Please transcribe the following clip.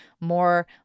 more